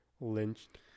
lynched